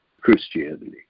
Christianity